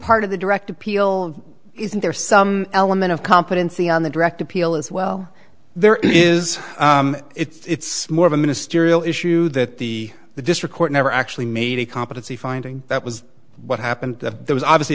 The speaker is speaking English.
part of the direct appeal isn't there some element of competency on the direct appeal as well there is it's more of a ministerial issue that the the district court never actually made a competency finding that was what happened there was obviously